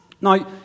Now